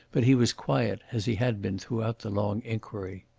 but he was quiet, as he had been throughout the long inquiry.